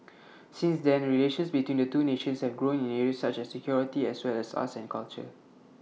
since then relations between the two nations have grown in areas such as security as well as arts and culture